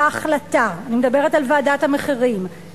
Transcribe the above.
החלטה אני מדברת על ועדת המחירים,